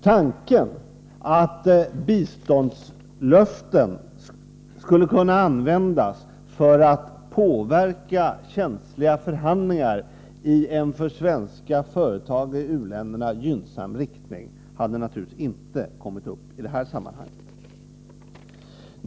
Tanken att bistånds löften skulle kunna användas för att påverka känsliga förhandlingar i en för svenska företag i u-länderna gynnsam riktning hade naturligtvis inte kommit upp i det här sammanhanget.